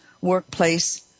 workplace